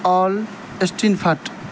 all stain fit